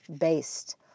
based